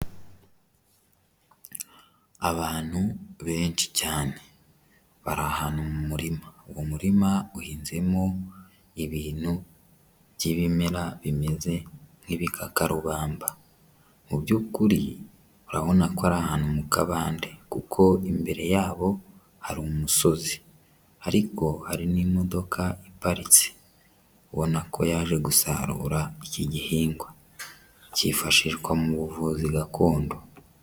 Abantu benshi cyane bari ahantu mumurima, uwo murima uhinzemo ibintu by'ibimera bimeze nk'ibikakarubamba, muby'ukuri urabona ko ari ahantu mu kabande, kuko imbere yabo hari umusozi ariko hari n'imodoka iparitse, ubona ko yaje gusarura iki gihingwa, cyifashishwa mu buvuzi gakondo.